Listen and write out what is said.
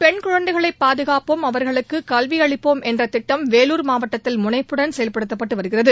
பெண் குழந்தைகளைபாதுகாப்போம் அவர்களுக்குகல்விஅளிப்போம் என்றதிட்டம் வேலூர் மாவட்டத்தில் முனைப்புடன் செயல்படுத்தப்பட்டுவருகிறது